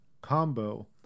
combo